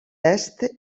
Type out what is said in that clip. est